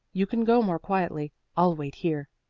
you can go more quietly i'll wait here.